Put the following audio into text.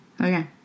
Okay